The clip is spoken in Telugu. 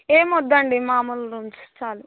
ఏమి వద్దండి మామూలు రూమ్స్ చాలు